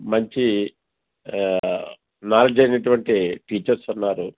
మంచి నాలెడ్జ్ అయినటువంటి టీచర్స్ ఉన్నారు